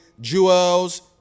Jewels